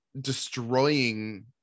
destroying